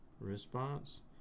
response